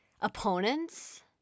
opponents